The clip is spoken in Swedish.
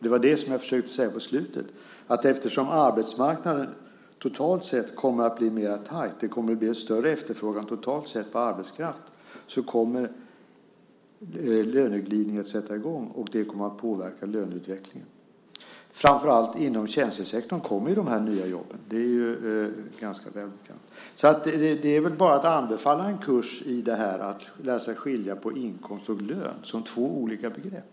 Det var det jag försökte säga på slutet, att eftersom arbetsmarknaden totalt sett kommer att bli mer tajt, att det kommer att bli en större efterfrågan totalt sett på arbetskraft, kommer löneglidningen att sätta i gång. Det kommer att påverka löneutvecklingen. Framför allt inom tjänstesektorn kommer de nya jobben. Det är ganska välbekant. Det är väl bara att anbefalla en kurs i att lära sig skilja på inkomst och lön som två olika begrepp.